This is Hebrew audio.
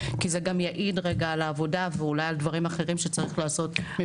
זה גם יעיד על העבודה ואולי עד דברים אחרים שצריך לעשות.